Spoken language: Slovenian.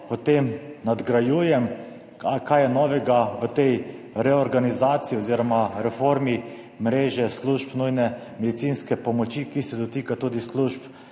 kaj storilo? Kaj je novega v reorganizaciji oziroma reformi mreže služb nujne medicinske pomoči, ki se dotika tudi služb